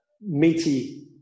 meaty